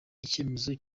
icyemezo